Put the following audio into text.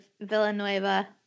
Villanueva